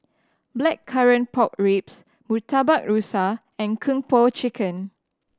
Blackcurrant Pork Ribs Murtabak Rusa and Kung Po Chicken